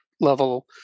level